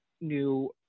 new